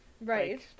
Right